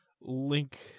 link